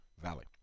Valley